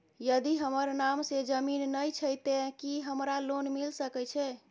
यदि हमर नाम से ज़मीन नय छै ते की हमरा लोन मिल सके छै?